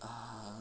ah